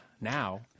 now